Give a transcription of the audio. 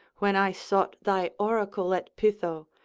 when i sought thy oracle at pytho,